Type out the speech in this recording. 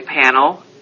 panel